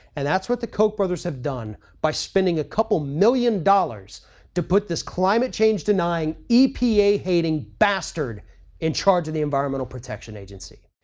and that's what the koch brothers have done by spending a couple million dollars to put this climate changing denying, epa hating bastard in charge of the environmental protection agency.